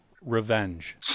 Revenge